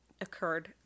occurred